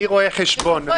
האדם